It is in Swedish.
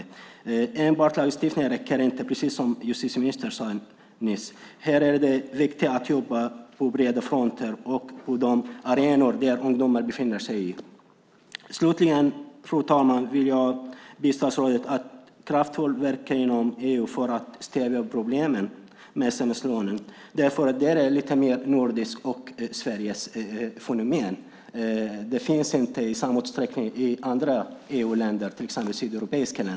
Som justitieministern sade räcker inte enbart lagstiftning, utan det är viktigt att jobba på bred front och på de arenor där ungdomar befinner sig. Slutligen, fru talman, vill jag be statsrådet att kraftfullt verka inom EU för att stävja problemen med sms-lånen. Det här är lite av ett nordiskt och svenskt fenomen. Det finns inte i samma utsträckning i andra EU-länder, till exempel i Sydeuropa.